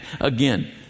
again